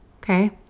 Okay